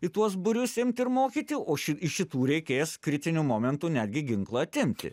į tuos būrius imt ir mokyti o iš šitų reikės kritiniu momentu netgi ginklą atimti